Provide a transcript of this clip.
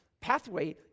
pathway